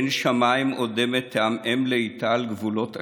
עין שמיים אודמת / תעמעם לאיטה על גבולות עשנים,